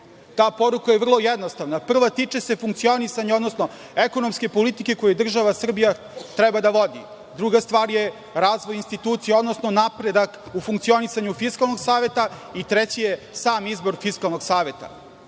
Ta poruka je vrlo jednostavna. Prva se tiče funkcionisanja, odnosno ekonomske politike koju država Srbija treba da vodi. Druga stvar je razvoj institucija, odnosno napredak u funkcionisanju Fiskalnog saveta i treći je sam izbor Fiskalnog saveta. Kada